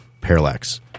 parallax